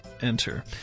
enter